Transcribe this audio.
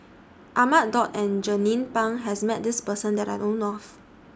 Ahmad Daud and Jernnine Pang has Met This Person that I know of